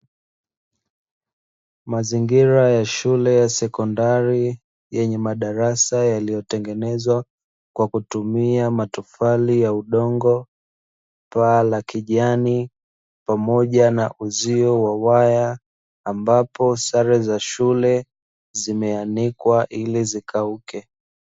Mazingira ya shule ya sekondari yenye madarasa yaliyotengenezwa kwa kutumia matofali ya udongo, paa la kijani pamoja na uzio wa waya. Ambapo sare za shule zimeanikwa ili zikauke.